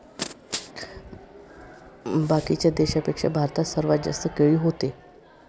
बाकीच्या देशाइंपेक्षा भारतात सर्वात जास्त केळी व्हते